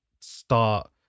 start